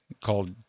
called